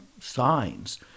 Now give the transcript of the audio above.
signs